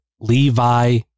Levi